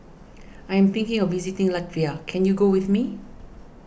I am thinking of visiting Latvia can you go with me